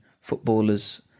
footballers